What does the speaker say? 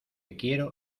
quiero